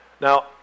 Now